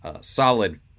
solid